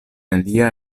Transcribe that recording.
lia